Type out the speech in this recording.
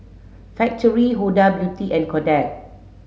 Factorie Huda Beauty and Kodak